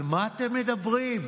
על מה אתם מדברים?